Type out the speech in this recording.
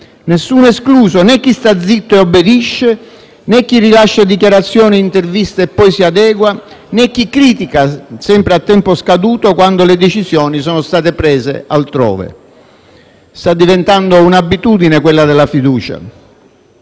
nessuno escluso, né chi sta zitto e obbedisce, né chi rilascia dichiarazioni e interviste e poi si adegua, né chi critica, sempre a tempo scaduto, quando le decisioni sono state prese altrove. Sta diventando un'abitudine quella della fiducia;